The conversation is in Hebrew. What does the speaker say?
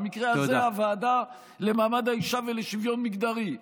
במקרה הזה הוועדה למעמד האישה ולשוויון מגדרי,